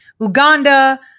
Uganda